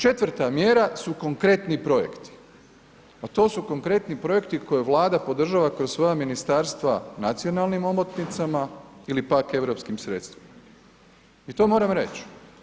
Četvrta mjera su konkretni projekti, a to su konkretni projekti koje Vlada podržava kroz svoja ministarstva nacionalnim omotnicama ili pak europskim sredstvima i to moram reći.